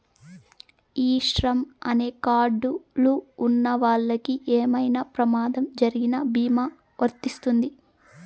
ఈ శ్రమ్ అనే కార్డ్ లు ఉన్నవాళ్ళకి ఏమైనా ప్రమాదం జరిగిన భీమా వర్తిస్తుంది